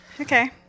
Okay